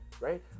right